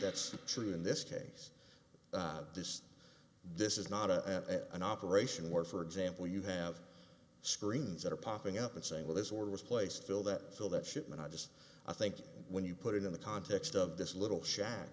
that's true in this case this this is not a an operation where for example you have screens that are popping up and saying well this order was placed fill that fill that shipment i just i think when you put it in the context of this little sha